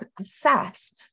assess